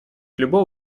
любого